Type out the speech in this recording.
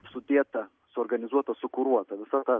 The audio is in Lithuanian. sudėta suorganizuota sukuruota visa ta